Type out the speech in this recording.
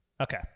okay